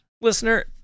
Listener